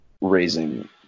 raising